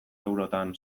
eurotan